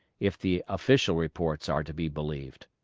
if the official reports are to be believed.